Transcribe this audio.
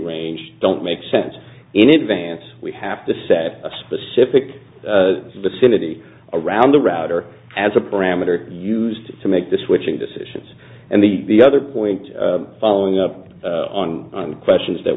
range don't make sense in advance we have to set a specific vicinity around the router as a parameter used to make the switching decisions and the other point following up on questions that